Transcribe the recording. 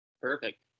Perfect